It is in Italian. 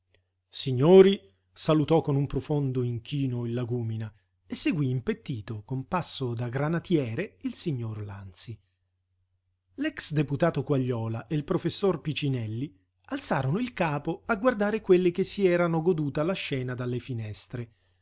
signori salutò con un profondo inchino il lagúmina e seguí impettito con passo da granatiere il signor lanzi l'ex deputato quagliola e il professor picinelli alzarono il capo a guardare quelli che si erano goduta la scena dalle finestre